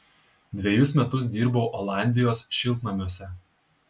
dvejus metus dirbau olandijos šiltnamiuose